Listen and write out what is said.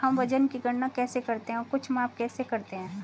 हम वजन की गणना कैसे करते हैं और कुछ माप कैसे करते हैं?